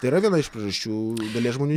tai yra viena iš priežasčių dalies žmonių